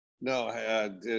No